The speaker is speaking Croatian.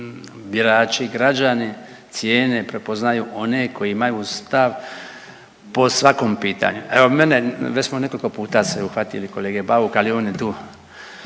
birači građani cijene prepoznaju one koji imaju stav po svakom pitanju. Evo mene već smo nekoliko puta se uhvatili kolega Bauka, ali on je tu